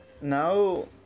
now